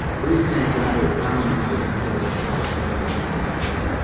reef tanks are not very common. like, if you go to petsmart or something like that,